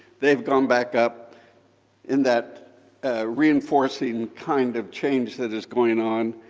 they've gone back up in that reinforcing kind of change that is going on,